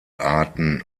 arten